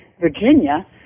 Virginia